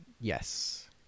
Yes